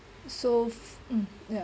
so mm ya